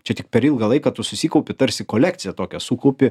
čia tik per ilgą laiką tu susikaupi tarsi kolekciją tokią sukaupi